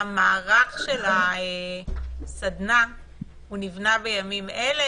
המערך של הסדנה נבנה בימים אלה?